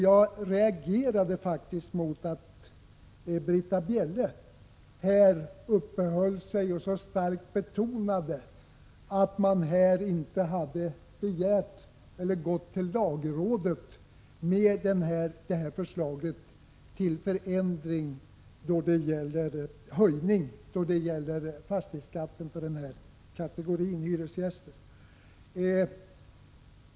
Jag reagerade mot att Britta Bjelle uppehöll sig så mycket vid och så starkt betonade att man inte hade gått till lagrådet med det här förslaget till höjning av fastighetsskatten för den här kategorin fastigheter.